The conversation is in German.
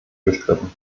gestritten